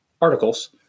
articles